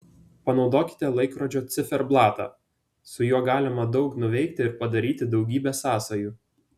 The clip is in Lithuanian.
panaudokite laikrodžio ciferblatą su juo galima daug nuveikti ir padaryti daugybę sąsajų